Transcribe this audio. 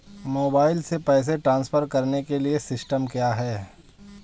Mobile से पैसे transfer करने के लिए सिस्टम क्या है?